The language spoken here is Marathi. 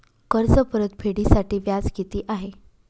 कर्ज परतफेडीसाठी व्याज किती आहे?